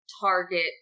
target